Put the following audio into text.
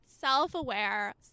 self-aware